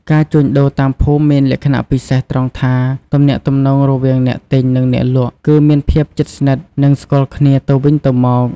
ការជួញដូរតាមភូមិមានលក្ខណៈពិសេសត្រង់ថា ទំនាក់ទំនងរវាងអ្នកទិញ និងអ្នកលក់គឺមានភាពជិតស្និទ្ធ និងស្គាល់គ្នាទៅវិញទៅមក។